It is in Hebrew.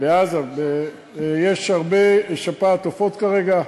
בעזה, הרבה מקרים של שפעת עופות כרגע.